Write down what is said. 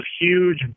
huge